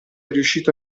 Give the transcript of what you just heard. riuscito